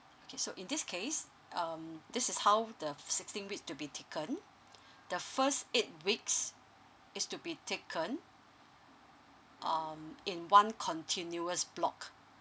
okay so in this case um this is how the sixteen week to be taken the first eight weeks is to be taken um in one continuous block